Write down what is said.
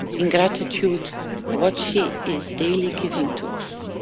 in gratitude what she is daily giving to us.